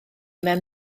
mewn